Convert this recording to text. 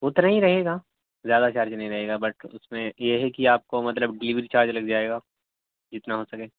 اتنا ہی رہے گا زیادہ چارج نہیں رہے گا بٹ اس میں یہ ہے کہ آپ کو مطلب ڈیلیوری چارج لگ جائے گا جتنا ہو سکے